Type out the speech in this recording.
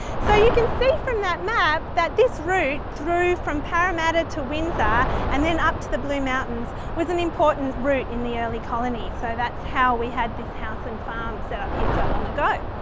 so, you can see from that map that this route through from parramatta to windsor and then up to the blue mountains was an important route in the early colony. so, that's how we had this house and farm set up here so long ago.